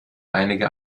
einige